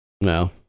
No